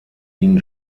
ihn